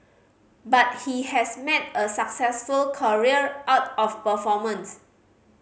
but he has a successful career out of performance